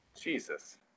Jesus